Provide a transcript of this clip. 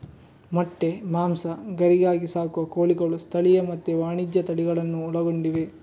ಮೊಟ್ಟೆ, ಮಾಂಸ, ಗರಿಗಾಗಿ ಸಾಕುವ ಕೋಳಿಗಳು ಸ್ಥಳೀಯ ಮತ್ತೆ ವಾಣಿಜ್ಯ ತಳಿಗಳನ್ನೂ ಒಳಗೊಂಡಿವೆ